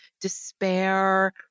despair